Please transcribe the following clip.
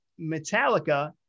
Metallica